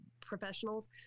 professionals